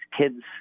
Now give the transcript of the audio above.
kids